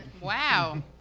Wow